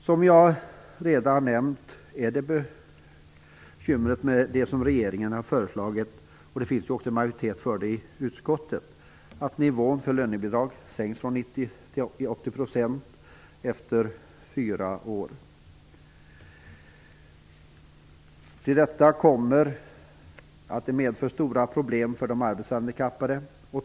Som jag redan har nämnt är det bekymmer med det som regeringen har föreslagit och som det också finns majoritet för i utskottet, att nivån för lönebidrag sänks från 90 % till 80 % efter fyra år, vilket också medför stora problem för de arbetshandikappade.